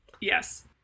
Yes